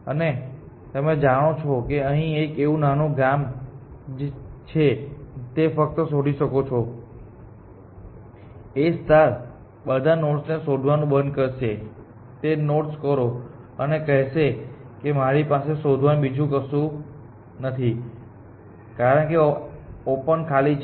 અને તમે જાણો છો કે અહીં એક છે નાનું ગામ કે જે તમે ફક્ત શોધી શકો છો તે પછી A બધા નોડ્સને શોધવાનું બંધ કરશે તે નોડ્સ કરો અને કહેશે કે મારી પાસે શોધવાનું બીજું કશું નથી કારણ કે ઓપન ખાલી છે